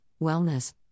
wellness